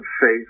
faith